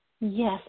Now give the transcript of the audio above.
yes